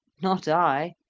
not i.